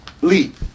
leap